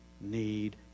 need